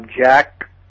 Jack